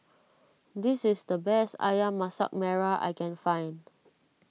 this is the best Ayam Masak Merah I can find